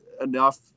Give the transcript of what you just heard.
enough